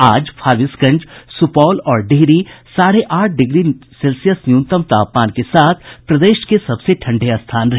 आज फारबिसगंज सुपौल और डिहरी साढ़े आठ डिग्री सेल्सियस न्यूनतम तापमान के साथ प्रदेश के सबसे ठंडे स्थान रहे